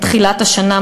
מתחילת השנה,